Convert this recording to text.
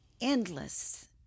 endless